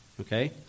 Okay